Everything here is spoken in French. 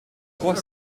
trois